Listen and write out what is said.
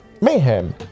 mayhem